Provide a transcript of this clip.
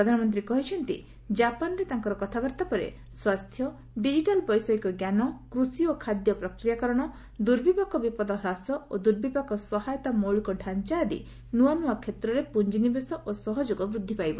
ପ୍ରଧାନମନ୍ତ୍ରୀ କହିଛନ୍ତି ଜାପାନ୍ରେ ତାଙ୍କର କଥାବାର୍ତ୍ତା ପରେ ସ୍ୱାସ୍ଥ୍ୟ ଡିଜିଟାଲ୍ ବୈଷୟିକ ଜ୍ଞାନ କୃଷି ଓ ଖାଦ୍ୟ ପ୍ରକ୍ରିୟାକରଣ ଦୁର୍ବିପାକ ବିପଦ ହ୍ରାସ ଓ ଦୁର୍ବିପାକ ସହାୟତା ମୌଳିକ ଡାଞ୍ଚା ଆଦି ନୂଆ ନୂଆ କ୍ଷେତ୍ରରେ ପୁଞ୍ଜିନିବେଶ ଓ ସହଯୋଗ ବୃଦ୍ଧି ପାଇବ